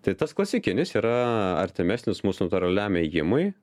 tai tas klasikinis yra artimesnis mūsų natūraliam ėjimui